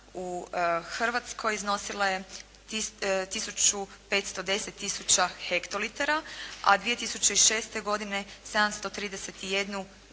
Hrvatskoj iznosila je tisuću, 510 tisuća hektolitara a 2006. godine 731 tisuću hektolitara.